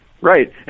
Right